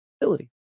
ability